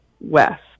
west